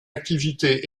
activité